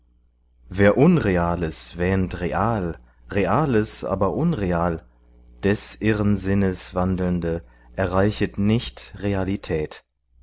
wer unreales wähnt real reales aber unreal der irren sinnes wandelnde erreichet nicht realität